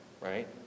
right